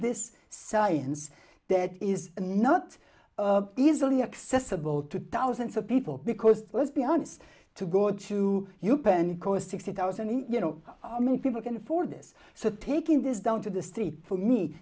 this science that is not easily accessible to thousands of people because let's be honest to god to you penny cost sixty thousand in you know how many people can afford this so taking this down to the street for me